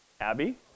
Abby